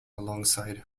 alongside